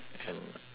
now